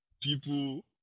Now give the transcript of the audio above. people